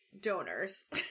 donors